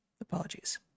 Apologies